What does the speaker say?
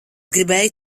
gribēju